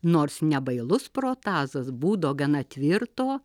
nors nebailus protazas būdo gana tvirto